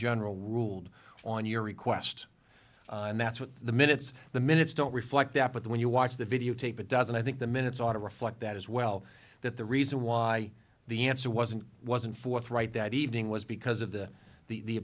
general ruled on your request and that's what the minutes the minutes don't reflect that but when you watch the videotape it does and i think the minutes ought to reflect that as well that the reason why the answer wasn't wasn't forthright that evening was because of the the